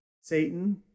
Satan